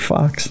Fox